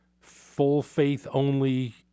full-faith-only